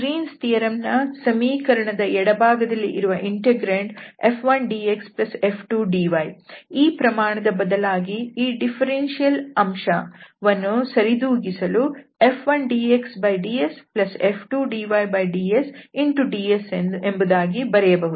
Green's theorem Green's theorem ನ ಸಮೀಕರಣದ ಎಡಭಾಗದಲ್ಲಿ ಇರುವ ಇಂಟೆಗ್ರಾಂಡ್ F1dxF2dy ಈ ಪ್ರಮಾಣದ ಬದಲಾಗಿ ಈ ಡಿಫರೆನ್ಸಿಯಲ್ ಅಂಶ ವನ್ನು ಸರಿದೂಗಿಸಲು F1dxdsF2dydsds ಎಂಬುದಾಗಿ ಬರೆಯಬಹುದು